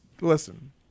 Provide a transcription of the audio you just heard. listen